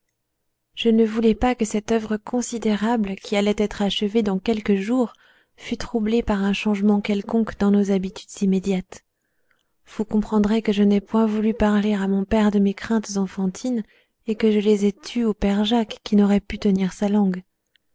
je ne voulais pas que cette œuvre considérable qui allait être achevée dans quelques jours fût troublée par un changement quelconque dans nos habitudes immédiates vous comprendrez que je n'aie point voulu parler à mon père de mes craintes enfantines et que je les aie tues au père jacques qui n'aurait pu tenir sa langue